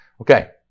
Okay